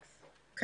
כן.